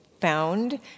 found